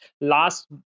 last